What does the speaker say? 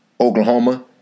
Oklahoma